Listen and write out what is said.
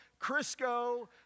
Crisco